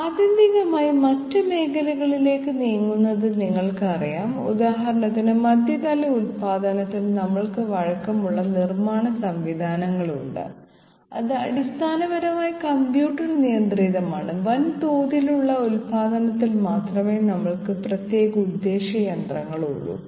ആത്യന്തികമായി മറ്റ് മേഖലകളിലേക്ക് നീങ്ങുന്നത് നിങ്ങൾക്കറിയാം ഉദാഹരണത്തിന് മധ്യതല ഉൽപ്പാദനത്തിൽ നമ്മൾക്ക് വഴക്കമുള്ള നിർമ്മാണ സംവിധാനങ്ങളുണ്ട് അത് അടിസ്ഥാനപരമായി കമ്പ്യൂട്ടർ നിയന്ത്രിതമാണ് വൻതോതിലുള്ള ഉൽപാദനത്തിൽ മാത്രമേ നമ്മൾക്ക് പ്രത്യേക ഉദ്ദേശ്യ യന്ത്രങ്ങൾ ഉള്ളൂ